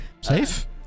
Safe